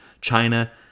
China